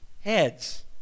heads